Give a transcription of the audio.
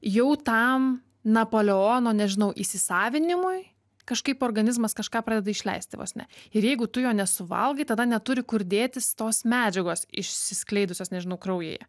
jau tam napoleono nežinau įsisavinimui kažkaip organizmas kažką pradeda išleisti vos ne ir jeigu tu jo nesuvalgai tada neturi kur dėtis tos medžiagos išsiskleidusios nežinau kraujyje